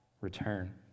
return